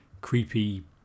creepy